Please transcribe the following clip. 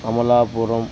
Amalapuram